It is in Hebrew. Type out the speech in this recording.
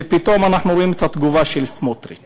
ופתאום אנחנו רואים את התגובה של סמוטריץ.